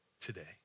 today